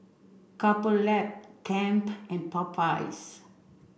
Couple Lab Tempt and Popeyes